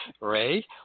ray